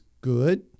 good